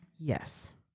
Yes